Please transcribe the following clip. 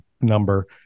number